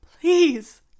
Please